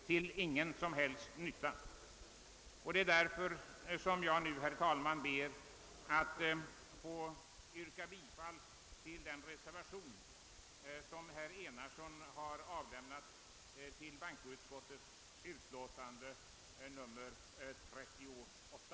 Det är därför, herr talman, som jag nu yrkar bifall till den reservation som herr Enarsson fogat till bankoutskottets utlåtande nr 38.